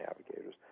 navigators